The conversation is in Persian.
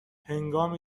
هنگام